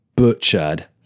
butchered